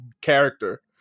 character